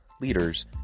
leaders